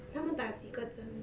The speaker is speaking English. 他们打几个针